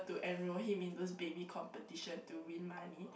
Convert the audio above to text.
to enroll him in those baby competition to win money